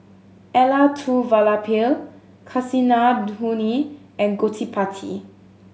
Elattuvalapil Kasinadhuni and Gottipati